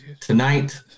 Tonight